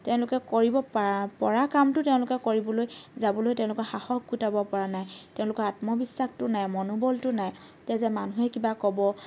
তেওঁলোকে কৰিব পৰা পৰা কামটো তেওঁলোকে কৰিবলৈ যাবলৈ তেওঁলোকৰ সাহস গোটাব পৰা নাই তেওঁলোকৰ আত্মবিশ্বাসটো নাই মনোবলটো নাই তে যে মানুহে কিবা ক'ব